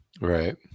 Right